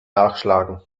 nachschlagen